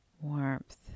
warmth